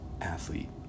athlete